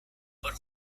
but